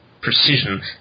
precision